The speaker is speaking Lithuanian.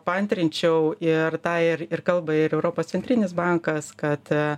paantrinčiau ir tą ir ir kalba ir europos centrinis bankas kad